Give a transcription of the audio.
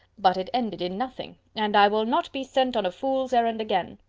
but it ended in nothing, and i will not be sent on a fool's errand again.